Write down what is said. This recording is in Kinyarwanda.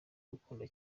urukundo